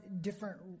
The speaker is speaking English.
different